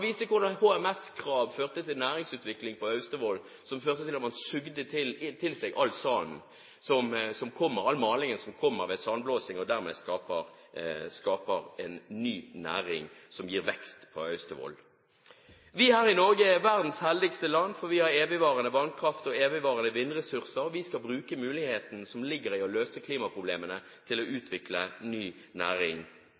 viste hvordan HMS-krav førte til næringsutvikling på Austevoll, at man sugde til seg all malingen som kommer ved sandblåsing, og dermed skaper en ny næring som gir vekst på Austevoll. Norge er verdens heldigste land, for vi har evigvarende vannkraft og evigvarende vindressurser, og vi skal bruke muligheten som ligger i å løse klimaproblemene, til å